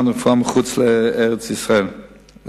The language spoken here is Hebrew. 2009): רופא עם רשיון רפואה שעלה לארץ וקיבל